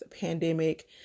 pandemic